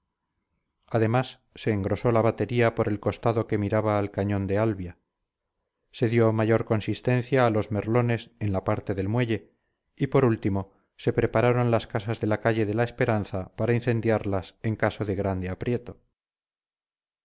además se engrosó la batería por el costado que miraba al cañón de albia se dio mayor consistencia a los merlones en la parte del muelle y por último se prepararon las casas de la calle de la esperanza para incendiarlas en caso de grande aprieto